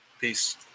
Peace